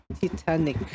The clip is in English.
Titanic